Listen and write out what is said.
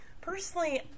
personally